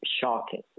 shocking